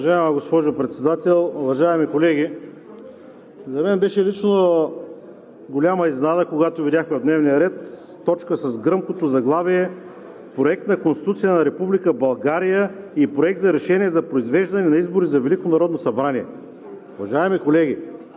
Уважаема госпожо Председател, уважаеми колеги! За мен лично беше голяма изненада, когато видях в дневния ред точка с гръмкото заглавие: Проект на Конституция на Република България и Проект на решение за произвеждане на избори за Велико